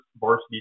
varsity